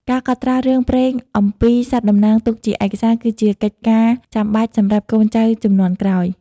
ការកត់ត្រារឿងព្រេងអំពីសត្វតំណាងទុកជាឯកសារ គឺជាកិច្ចការចាំបាច់សម្រាប់កូនចៅជំនាន់ក្រោយ។